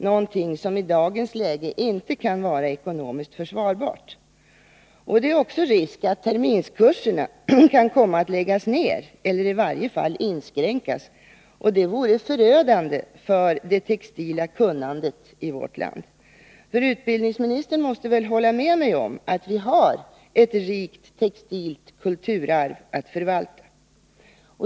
Det kan i dagens läge inte vara ekonomiskt försvarbart. Det finns också en risk för att terminskurserna kan komma att läggas ned eller i varje fall inskränkas. Det vore förödande för det textila kunnandet i vårt land. Utbildningsministern måste väl hålla med mig om att vi har ett rikt textilt kulturarv att förvalta.